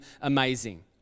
amazing